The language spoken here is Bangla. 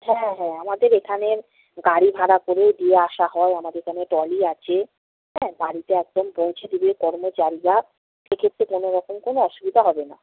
হ্যাঁ হ্যাঁ আমাদের এখানের গাড়ি ভাড়া করে দিয়ে আসা হয় আমাদের এখানে ট্রলি আছে হ্যাঁ বাড়িতে একদম পৌঁছে দেবে কর্মচারীরা সেক্ষেত্রে কোনো রকম কোনো অসুবিধা হবে না